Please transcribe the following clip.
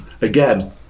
again